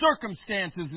Circumstances